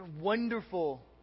wonderful